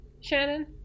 shannon